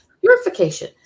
purification